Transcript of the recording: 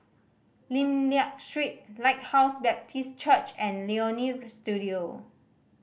Lim Liak Street Lighthouse Baptist Church and Leonie Studio